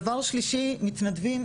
דבר שלישי, מתנדבים.